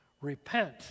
Repent